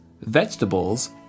vegetables